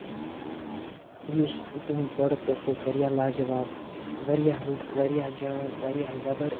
یُس تُہُنٛد پرٛوڈَکٹ اوس سُہ اوس واریاہ لاجَواب واریاہ رُت واریاہ جان واریاہ زَبر